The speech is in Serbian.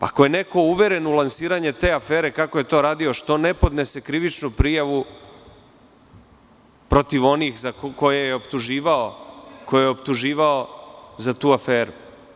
Ako je neko uveren u lansiranje te afere, kako je to radio, što ne podnese krivičnu prijavu protiv onih koje je optuživao za tu aferu?